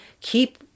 Keep